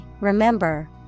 remember